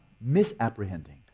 misapprehending